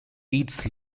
eats